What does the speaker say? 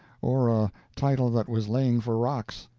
or a title that was laying for rocks.